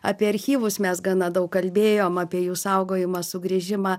apie archyvus mes gana daug kalbėjom apie jų saugojimą sugrįžimą